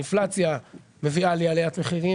האינפלציה מביאה לעליית מחירים